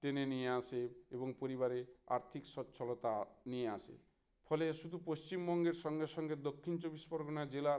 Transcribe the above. টেনে নিয়ে আসে এবং পরিবারে আর্থিক সচ্ছলতা নিয়ে আসে ফলে শুধু পশ্চিমবঙ্গের সঙ্গে সঙ্গে দক্ষিণ চব্বিশ পরগনা জেলার